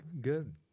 good